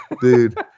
dude